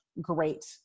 great